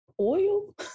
oil